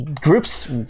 groups